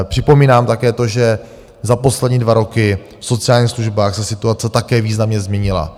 Připomínám také to, že za poslední dva roky v sociálních službách se situace také významně změnila.